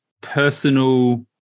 personal